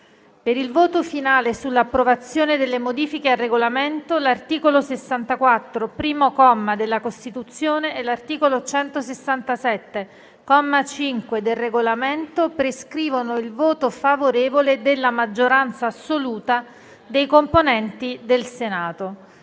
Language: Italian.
n. 1. Ricordo che, per l'approvazione delle modifiche al Regolamento, l'articolo 64, primo comma, della Costituzione e l'articolo 167, comma 5, del Regolamento prescrivono il voto favorevole della maggioranza assoluta dei componenti del Senato.